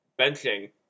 benching